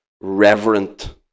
reverent